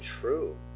true